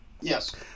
Yes